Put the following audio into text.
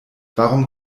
warum